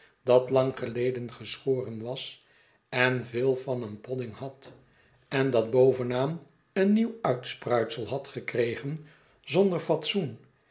dat lang geleden geschoren was en veel van een podding had en dat bovenaan een nieuw uitspruitsel had gekregen zonder fatsoen